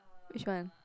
which one